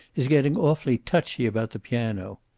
is getting awfully touchy about the piano.